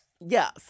Yes